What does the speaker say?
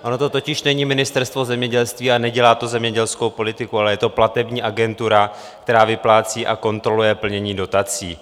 Ono to totiž není Ministerstvo zemědělství a nedělá to zemědělskou politiku, ale je to platební agentura, která vyplácí a kontroluje plnění dotací.